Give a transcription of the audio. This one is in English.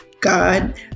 god